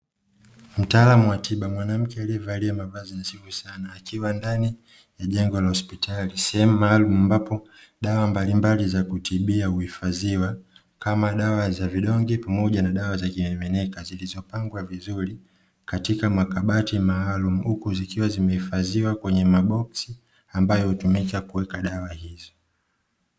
Mtaalamu wa tiba mwanamke aliyevalia mavazi mazuri sana akiwa ndani ya jengo la hospitali sehemu maalumu, ambapo dawa mbalimbali za kutibia huifadhiwa kama dawa za vidonge, pamoja na dawa za kimiminika zilizopangwa vizuri katkka makabati maalumu huku zikiwa zimehifadhiwa kwenye maboksi ambayo hutumika kuweka dawa hizo.